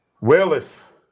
Willis